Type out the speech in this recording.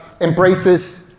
embraces